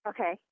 Okay